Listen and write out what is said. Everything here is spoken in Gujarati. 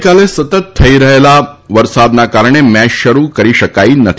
ગઈકાલે સતત થઈ રહેલા વરસાદના કારણે મેચ શરૂ કરી શકાઈ નથી